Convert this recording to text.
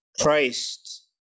Christ